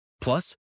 Plus